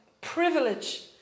privilege